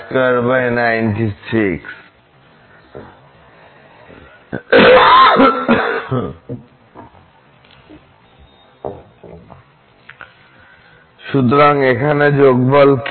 সুতরাং এখানে যোগফল কি